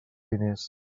diners